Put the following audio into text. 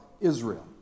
Israel